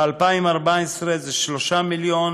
ב-2014, של 3 מיליון